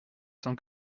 cent